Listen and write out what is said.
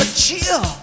chill